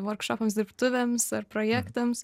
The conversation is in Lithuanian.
vorkšopams dirbtuvėmis ar projektams